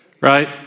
right